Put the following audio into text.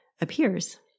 appears